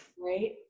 Right